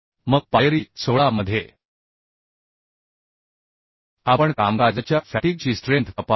मग पायरी 16 मध्ये आपण कामकाजाच्या फॅटिग ची स्ट्रेंथ तपासू